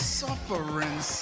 suffering